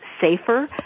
safer